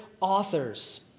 authors